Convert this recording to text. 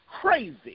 crazy